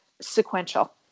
sequential